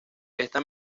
esta